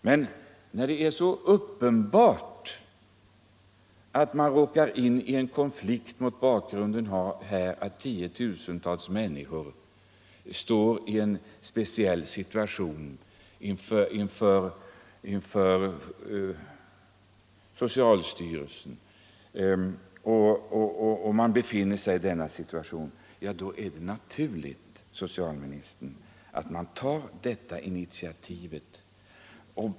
Men när tiotusentals människor befinner sig i en konfliktsituation gentemot socialstyrelsen är det naturligt att socialministern tar ett eget initiativ.